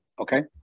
Okay